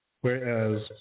Whereas